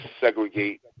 segregate